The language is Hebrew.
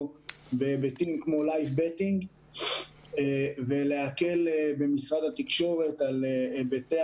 בהיבטים כמו "לייב בטינג" ולהקל במשרד התקשורת על היבטי